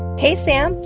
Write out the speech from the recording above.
hey, sam.